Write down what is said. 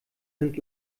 sind